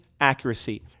accuracy